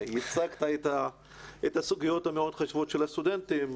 ייצגת את הסוגיות המאוד חשובות של הסטודנטים,